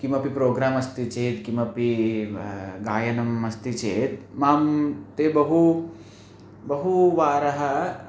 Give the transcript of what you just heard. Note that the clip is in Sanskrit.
किमपि प्रोग्राम् अस्ति चेत् किमपि गायनम् अस्ति चेत् मां ते बहु बहुवारं